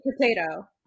potato